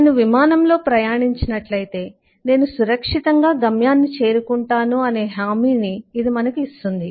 నేను విమానంలో ప్రయాణించినట్లయితే నేను సురక్షితంగా గమ్యాన్ని చేరుకుంటాను అనే హామీని ఇది మనకు ఇస్తుంది